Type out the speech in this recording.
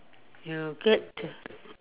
you get to